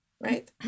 Right